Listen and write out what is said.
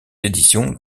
éditions